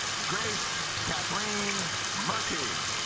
grace kathleen murphy